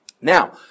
Now